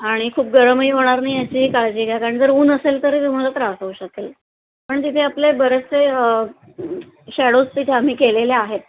आणि खूप गरमही होणार नाही याचीही काळजी घ्या कारण जर ऊन असेल तरी तुम्हाला त्रास होऊ शकेल पण तिथे आपले बरेचसे शॅडोज तिथे आम्ही केलेले आहेत